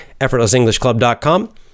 effortlessenglishclub.com